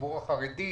לציבור החרדי,